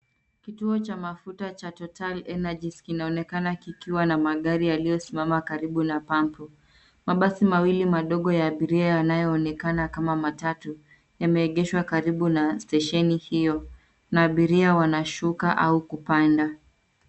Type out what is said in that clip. Kituo cha mafuta cha Total Energies, kinaonekana kikiwa na magari yaliyosimama karibu na pampu . Mabasi mawili madogo ya abiria yanaonekana kama matatu yameegeshwa karibu na station hiyo , na abiria wanashuka au kupanda.